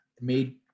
made